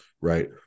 right